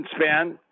span